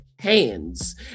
Hands